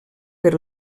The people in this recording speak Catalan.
per